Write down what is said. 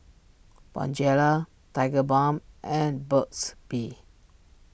Bonjela Tigerbalm and Burt's Bee